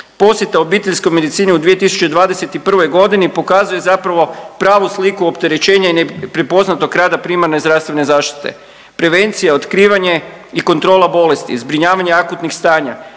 posjeta obiteljskoj medicini u 2021.g. pokazuje zapravo pravu sliku opterećenja i neprepoznatog rada primarne zdravstvene zaštite. Prevencija, otkrivanje i kontrola bolesti, zbrinjavanje akutnih stanja,